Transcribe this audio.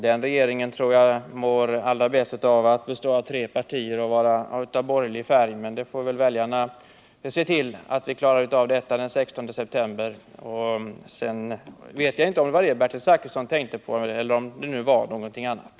Den regeringen tror jag blir bäst om den består av tre partier och har en borgerlig färg. Men det får väl väljarna klara av den 16 september. — Jag vet inte om det var detta Bertil Zachrisson menade i sin senaste replik.